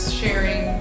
sharing